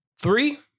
three